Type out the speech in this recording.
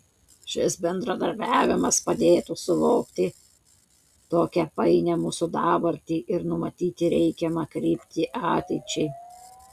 šis bendradarbiavimas padėtų suvokti tokią painią mūsų dabartį ir numatyti reikiamą kryptį ateičiai